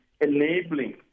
enabling